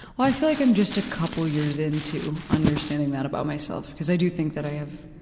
i feel like i'm just a couple of years into understanding that about myself, because i do think that i have